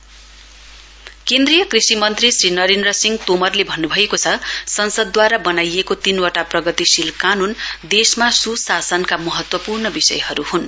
Tomar agriculture केन्द्रीय कृषिमन्त्री श्री नरेन्द्र सिंह तोमरले भन्नुभएको छ संसदद्वारा बनाइएको तीनवटा प्रगतिशील कानून देशमा स्शासनका महत्वपूर्ण विषयहरू ह्न्